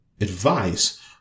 advice